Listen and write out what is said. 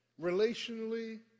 relationally